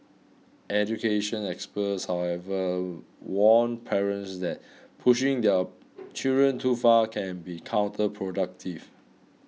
education experts however warn parents that pushing their children too far can be counterproductive